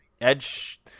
Edge